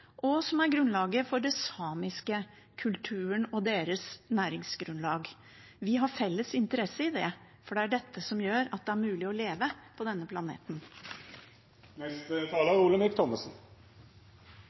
og som er grunnlaget for den samiske kulturen, og deres næringsgrunnlag. Vi har felles interesse av det, for det er dette som gjør at det er mulig å leve på denne planeten.